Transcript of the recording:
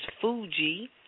Fuji